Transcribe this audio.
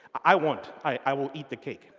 i won't. i will eat the cake.